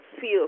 feel